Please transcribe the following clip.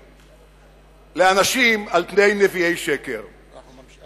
ומעמידים את ראשיה לדין פלילי על פגיעה בסביבה כתוצאה